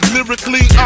Lyrically